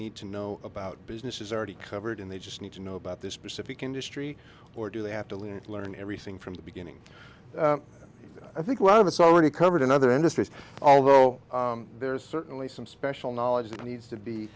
need to know about business is already covered in they just need to know about this specific industry or do they have to leave it learn everything from the beginning i think a lot of us already covered in other industries although there's certainly some special knowledge that needs to be